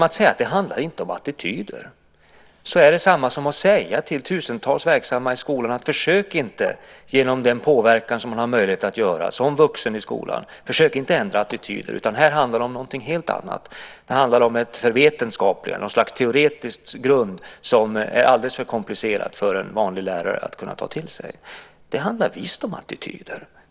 Att säga att det inte handlar om attityder är detsamma som att säga till tusentals verksamma i skolan: Försök inte att ändra attityder genom att påverka, som man har möjlighet att göra som vuxen i skolan! Här handlar det om någonting helt annat. Det handlar om ett förvetenskapligande, något slags teoretisk grund som är alldeles för komplicerad för att en vanlig lärare ska kunna ta till sig den. Det handlar visst om attityder.